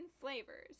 flavors